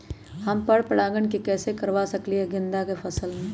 हम पर पारगन कैसे करवा सकली ह गेंदा के फसल में?